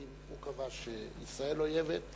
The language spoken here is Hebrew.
האם הוא קבע שישראל אויבת,